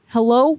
Hello